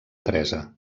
teresa